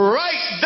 right